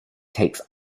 takes